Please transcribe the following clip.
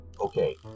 Okay